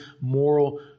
moral